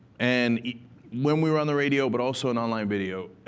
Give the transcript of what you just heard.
and when we were on the radio but also in online video,